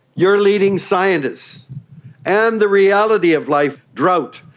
your leading scientists and the reality of life drought,